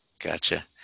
Gotcha